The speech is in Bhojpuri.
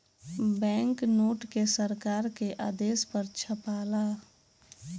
बैंक नोट के सरकार के आदेश पर छापाला